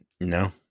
No